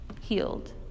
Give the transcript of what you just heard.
healed